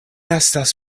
estas